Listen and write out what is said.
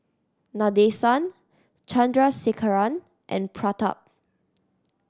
Nadesan Chandrasekaran and Pratap